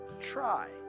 Try